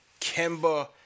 Kemba